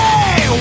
Hey